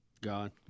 God